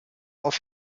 auf